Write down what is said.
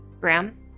Graham